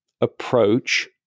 approach